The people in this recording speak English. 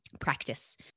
practice